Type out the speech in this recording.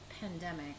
pandemic